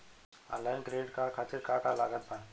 Online credit card खातिर का का लागत बा?